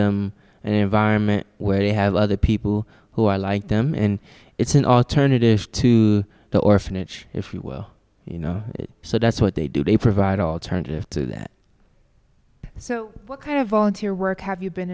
them an environment where they have other people who are like them and it's an alternative to the orphanage if you will you know so that's what they do they provide alternative to that so what kind of volunteer work have you been